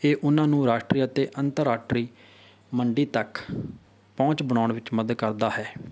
ਇਹ ਉਹਨਾਂ ਨੂੰ ਰਾਸ਼ਟਰੀ ਅਤੇ ਅੰਤਰਰਾਸ਼ਟਰੀ ਮੰਡੀ ਤੱਕ ਪਹੁੰਚ ਬਣਾਉਣ ਵਿੱਚ ਮਦਦ ਕਰਦਾ ਹੈ